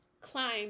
climb